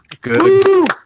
Good